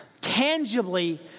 tangibly